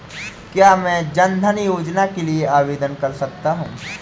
क्या मैं जन धन योजना के लिए आवेदन कर सकता हूँ?